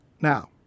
Now